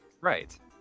Right